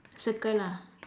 circle lah